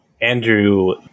Andrew